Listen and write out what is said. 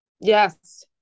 Yes